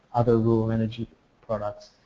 other rural energy products,